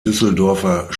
düsseldorfer